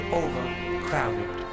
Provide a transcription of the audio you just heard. overcrowded